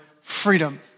freedom